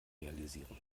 realisieren